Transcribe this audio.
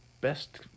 best